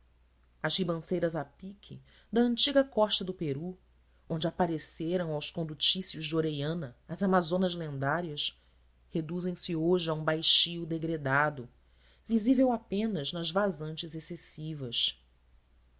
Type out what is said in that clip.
as ribanceiras a pique da antiga costa do peru onde apareceram aos condutícios de orellana as amazonas lendárias reduzem se hoje a um baixio degradado visível apenas nas vazantes excessivas